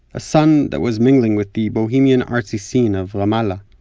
a son that was mingling with the bohemian artsy scene of ramallah.